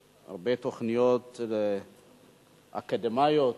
היו הרבה תוכניות אקדמיות בבן-גוריון.